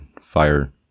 fire